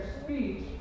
speech